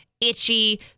itchy